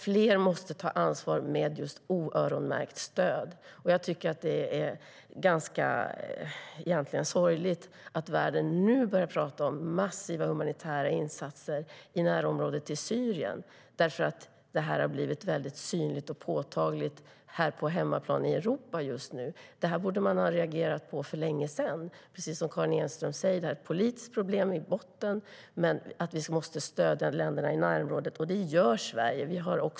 Fler måste ta ansvar med just oöronmärkt stöd. Jag tycker att det egentligen är ganska sorgligt att världen nu börjar prata om massiva humanitära insatser i Syriens närområde för att detta har blivit väldigt synligt och påtagligt på hemmaplan i Europa just nu. Det här borde man ha reagerat på för länge sedan, precis som Karin Enström säger. Det är ett politiskt problem i botten. Vi måste stödja länderna i närområdet, och det gör Sverige.